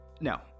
now